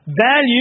value